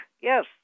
yes